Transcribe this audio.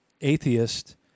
atheist